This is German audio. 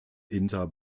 inter